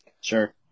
Sure